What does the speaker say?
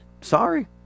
Sorry